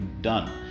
done